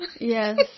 Yes